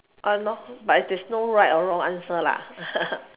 uh no but there's no right or wrong answer lah